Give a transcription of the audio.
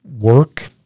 Work